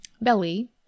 belly